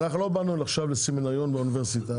אנחנו לא באנו עכשיו לסמינריון באוניברסיטה.